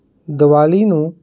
ਦੀਵਾਲੀ ਨੂੰ